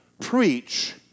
preach